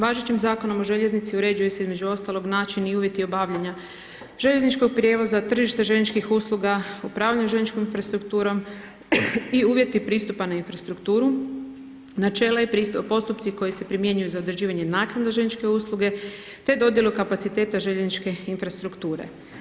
Važećim Zakonom o željeznici uređuje se između ostalog način i uvjeti obavljanja željezničkog prijevoza, tržišta željezničkih usluga, upravljanje željezničkom infrastrukturom i uvjeti pristupa na infrastrukturu, načela i postupci koji se primjenjuju za određivanje naknade željezničke usluge te dodjelu kapaciteta željezničke infrastrukture.